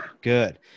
Good